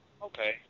Okay